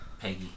Peggy